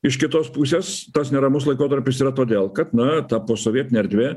iš kitos pusės tas neramus laikotarpis yra todėl kad na ta posovietinė erdvė